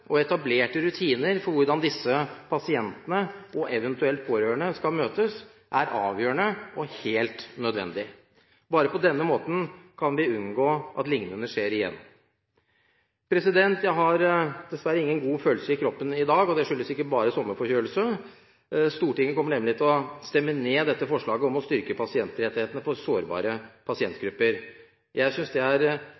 og etablerte rutiner for hvordan disse pasientene og eventuelt pårørende skal møtes, er avgjørende og helt nødvendig. Bare på denne måten kan vi unngå at lignende skjer igjen. Jeg har dessverre igjen god følelse i kroppen i dag, og det skyldes ikke bare sommerforkjølelse. Stortinget kommer nemlig til å stemme ned dette forslaget om å styrke pasientrettighetene for sårbare